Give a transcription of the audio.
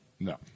No